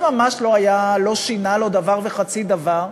זה ממש לא שינה לו דבר וחצי דבר.